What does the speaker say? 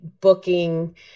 booking